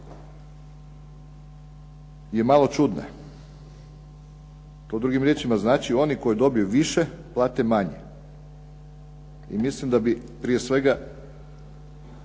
je malo čudna. To drugim riječima znači oni koji dobiju više plate manje. I mislim da bi prije svega